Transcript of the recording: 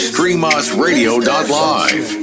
StreamosRadio.Live